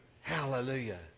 hallelujah